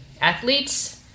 athletes